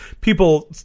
People